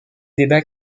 débat